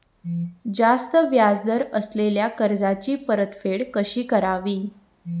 जास्त व्याज दर असलेल्या कर्जाची परतफेड कशी करावी?